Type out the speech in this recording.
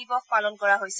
দিৱস পালন কৰা হৈছে